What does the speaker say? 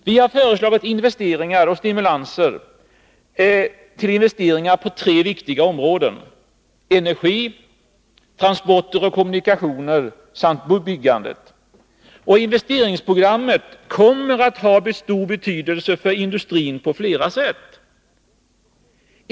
Vi har föreslagit investeringar och stimulanser till investeringar på tre viktiga områden: energi, transporter och kommunikationer samt byggande. Investeringsprogrammet kommer att ha stor betydelse för industrin på flera sätt.